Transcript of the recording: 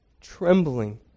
Trembling